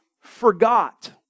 forgot